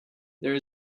there